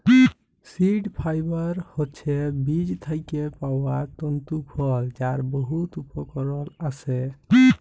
seed fibre হছে বীজ থ্যাইকে পাউয়া তল্তু ফল যার বহুত উপকরল আসে